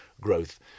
growth